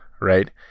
right